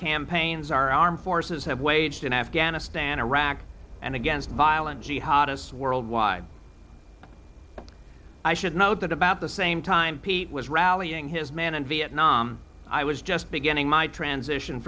campaigns are armed forces have waged in afghanistan iraq and against violent jihad as world wide i should note that about the same time pete was rallying his men and vietnam i was just beginning my transition